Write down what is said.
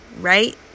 right